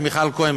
מיכל כהן,